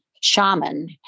shaman